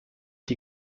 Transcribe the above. die